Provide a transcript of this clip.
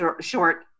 short